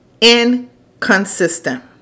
inconsistent